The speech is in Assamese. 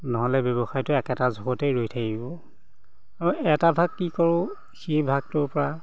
নহ'লে ব্যৱসায়টো একেটা জোখতেই ৰৈ থাকিব আৰু এটা ভাগ কি কৰোঁ সেই ভাগটোৰপৰা